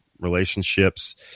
relationships